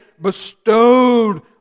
bestowed